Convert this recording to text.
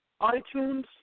iTunes